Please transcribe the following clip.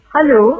Hello